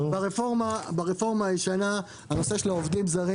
ברפורמה הישנה הנושא של העובדים הזרים